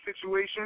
situation